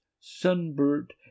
sunburnt